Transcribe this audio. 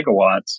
megawatts